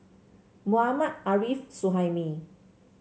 Mohammad Arif Suhaimi